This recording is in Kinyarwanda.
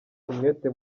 umwete